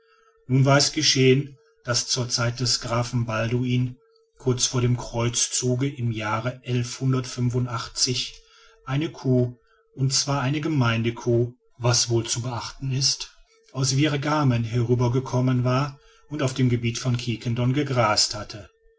nun war es geschehen daß zur zeit des grafen balduin kurz vor dem kreuzzuge im jahre eine kuh und zwar eine gemeindekuh was wohl zu beachten ist aus virgamen herübergekommen war und auf dem gebiet von quiquendone gegrast hatte